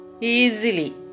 Easily